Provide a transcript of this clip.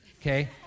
okay